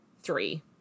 three